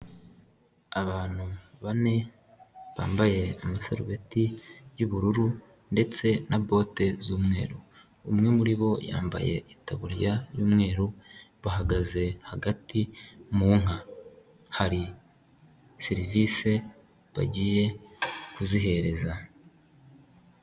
Abantu bane bambaye amasarubeti y'ubururu ndetse na bote z'umweru. Umwe muri bo yambaye itaburiya y'umweru bahagaze hagati mu nka hari serivisi bagiye kuzihereza.